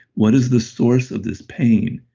what is the source of this pain?